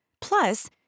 Plus